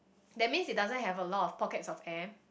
that means it doesn't have a lot of pockets of air